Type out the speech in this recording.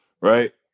right